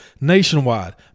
Nationwide